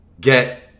get